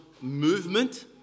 movement